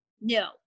No